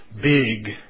big